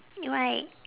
right